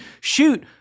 shoot